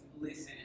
listen